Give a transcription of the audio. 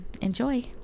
Enjoy